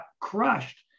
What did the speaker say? crushed